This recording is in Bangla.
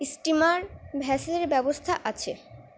স্টিমার ভ্যাসেলের ব্যবস্থা আছে